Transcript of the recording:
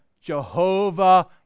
Jehovah